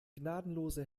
gnadenlose